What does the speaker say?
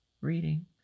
reading